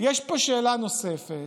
יש פה שאלה נוספת,